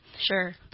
Sure